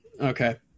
okay